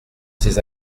ces